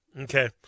Okay